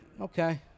Okay